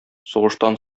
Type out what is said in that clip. сугыштан